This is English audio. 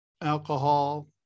alcohol